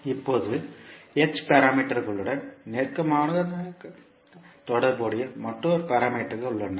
இப்போது h பாராமீட்டர்களுடன் நெருக்கமாக தொடர்புடைய மற்றொரு பாராமீட்டர்கள் உள்ளன